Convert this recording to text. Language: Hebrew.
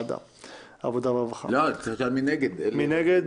הלאומי (הוראת שעה - נגיף הקורונה החדש)